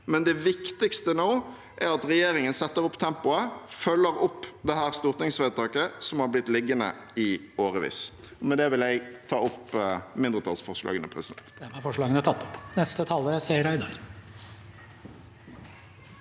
men det viktigste nå er at regjeringen setter opp tempoet og følger opp dette stortingsvedtaket, som har blitt liggende i årevis. Med det vil jeg ta opp mindretallsforslagene nr.